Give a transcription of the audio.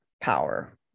power